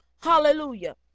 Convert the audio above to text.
Hallelujah